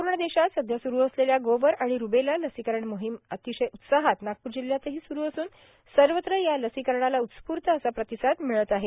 संपूर्ण देशात सध्या स्रू असलेल्या गोवर आणि रूबेला लसीकरण मोहिम अतीशय उत्साहात नागपूर जिल्ह्यातही स्रू असून सर्वत्र या लसीकरणाला उत्स्फूर्त असा प्रतिसाद मिळत आहे